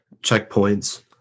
checkpoints